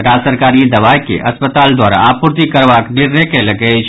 राज्य सरकार ई दवाई के अस्पताल द्वारा आपूर्ति करबाक निर्णय कयलक अछि